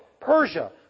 Persia